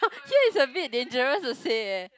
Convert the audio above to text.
here is a bit dangerous to say eh